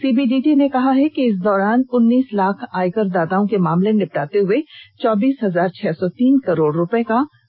CBDT ने कहा है कि इस दौरान उन्नीस लाख आयकर दाताओं के मामले निपटाते हुए चौबीस हजार छह सौ तीन करोड रुपये का रिफंड जारी हुआ